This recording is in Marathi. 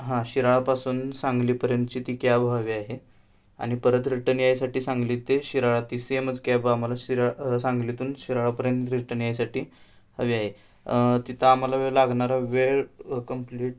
हां शिराळापासून सांगलीपर्यंतची ती कॅब हवी आहे आणि परत रिटन यायसाठी सांगली ते शिराळा ती सेमच कॅब आम्हाला शिरा सांगलीतून शिराळापर्यंत रिटन यायसाठी हवी आहे तिथं आम्हाला वेळ लागणारा वेळ कंप्लीट